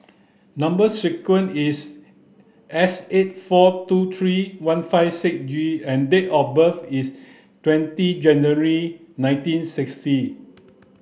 number sequence is S eight four two three one five six G and date of birth is twenty January nineteen sixty